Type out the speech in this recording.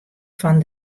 fan